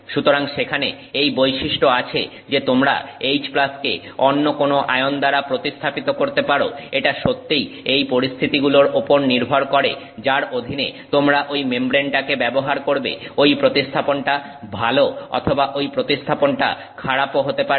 সুতরাং সেখানে এই বৈশিষ্ট্য আছে যে তোমরা H কে অন্য কোন আয়ন দ্বারা প্রতিস্থাপিত করতে পারো এটা সত্যিই এই পরিস্থিতিগুলোর উপর নির্ভর করে যার অধীনে তোমরা ঐ মেমব্রেনটাকে ব্যবহার করবে ঐ প্রতিস্থাপনটা ভালো অথবা ঐ প্রতিস্থাপনটা খারাপও হতে পারে